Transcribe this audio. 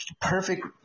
perfect